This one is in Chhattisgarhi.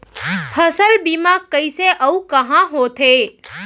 फसल बीमा कइसे अऊ कहाँ होथे?